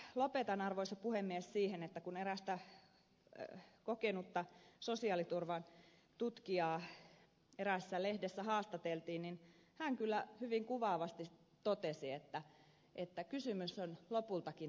ehkä lopetan arvoisa puhemies siihen että kun erästä kokenutta sosiaaliturvan tutkijaa eräässä lehdessä haastateltiin niin hän kyllä hyvin kuvaavasti totesi että kysymys on lopultakin tahdosta